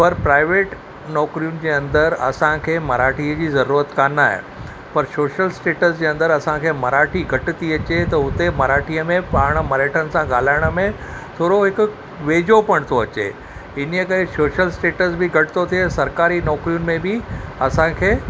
पर प्राइवेट नौकिरियुनि जे अंदरि असांखे मराठी जी ज़रूरत कोन आहे पर सोशल स्टेटस जे अंदरि असांखे मराठी घटि थी अचे त हुते मराठीअ में पाण मराठनि सां ॻाल्हाइण में थोरो हिकु वेझो पण थो अचे इन करे सोशल स्टेटस बि घटि थो थिए सरकारी नौकिरियुनि में बि असांखे